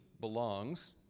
belongs